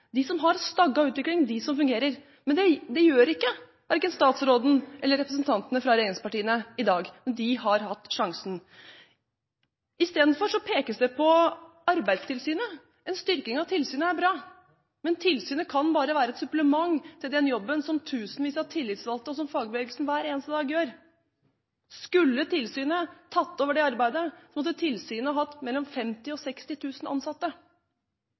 de som har stagget utviklingen, de som fungerer. Det gjør verken statsråden eller representantene fra regjeringspartiene i dag, men de har hatt sjansen. Istedenfor pekes det på Arbeidstilsynet. En styrking av tilsynet er bra, men tilsynet kan bare være et supplement til den jobben som tusenvis av tillitsvalgte og fagbevegelsen gjør hver eneste dag. Skulle tilsynet tatt over det arbeidet, måtte tilsynet hatt mellom 50 000 og 60 000 ansatte.